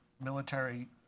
military